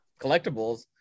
collectibles